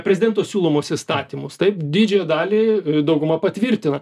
prezidento siūlomus įstatymus taip didžiąją dalį dauguma patvirtina